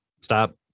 stop